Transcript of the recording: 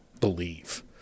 believe